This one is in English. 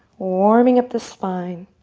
warming up the spine.